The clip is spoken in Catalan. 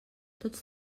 tots